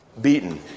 beaten